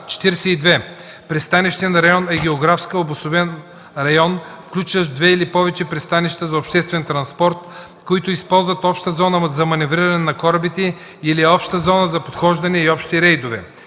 42. „Пристанищен район” е географски обособен район, включващ две или повече пристанища за обществен транспорт, които използват обща зона за маневриране на корабите или обща зона за подхождане и общи рейдове.